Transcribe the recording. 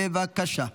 בבקשה.